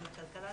גם לכלכלה.